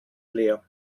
leer